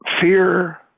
fear